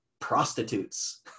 prostitutes